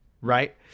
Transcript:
Right